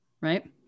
right